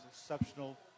exceptional